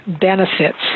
benefits